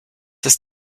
ist